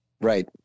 Right